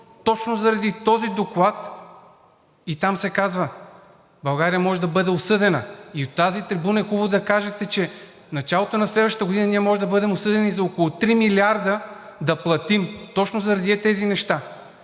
Точно заради този доклад и там се казва – България може да бъде осъдена. И от тази трибуна е хубаво да кажете, че в началото на следващата година ние можем да бъдем осъдени за около три милиарда да платим точно заради ей тези неща.